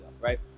right